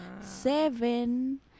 seven